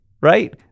right